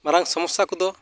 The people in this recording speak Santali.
ᱢᱟᱨᱟᱝ ᱥᱚᱢᱚᱥᱥᱟ ᱠᱚᱫᱚ